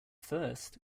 first